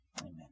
Amen